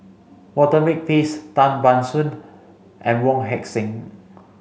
Walter Makepeace Tan Ban Soon and Wong Heck Sing